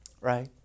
right